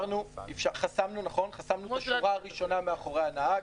חסמנו את השורה הראשונה מאחורי הנהג.